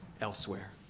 elsewhere